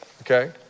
okay